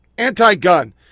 anti-gun